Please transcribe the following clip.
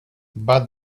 but